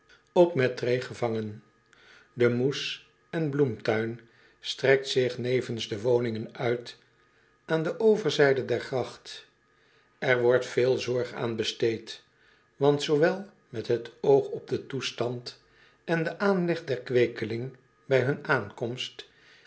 op mettray gevangen de moes en bloemtuin strekt zich nevens de woningen uit aan de overzijde der gracht er wordt veel zorg aan besteed want zoowel met het oog op den toestand en den aanleg der kweekelingen bij hun aankomst